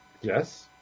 Yes